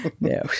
no